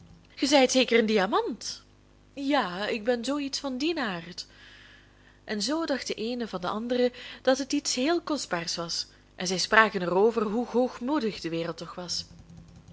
ge zijt zeker een diamant ja ik ben zoo iets van dien aard en zoo dacht de eene van de andere dat het iets heel kostbaars was en zij spraken er over hoe hoogmoedig de wereld toch was